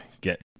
get